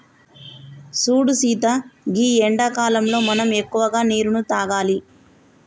సూడు సీత గీ ఎండాకాలంలో మనం ఎక్కువగా నీరును తాగాలి